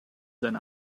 seine